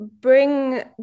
bring